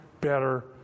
better